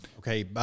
Okay